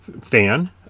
fan